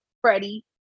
Freddie